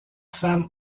femmes